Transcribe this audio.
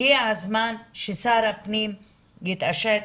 הגיע הזמן ששר הפנים יתעשת,